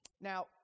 Now